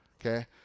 okay